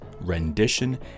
rendition